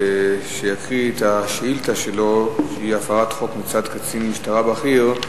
שיקריא מהצד את השאילתא שלו: הפרת חוק מצד קצין משטרה בכיר.